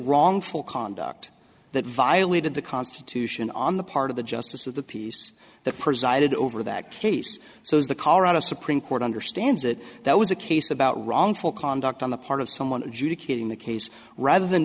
wrongful conduct that violated the constitution on the part of the justice of the peace that presided over that case so the colorado supreme court understands that that was a case about wrongful conduct on the part of someone judy getting the case rather than